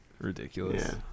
Ridiculous